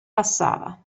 passava